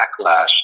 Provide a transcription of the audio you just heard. backlash